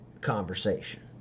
conversation